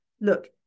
look